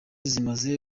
zimaze